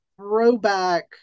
throwback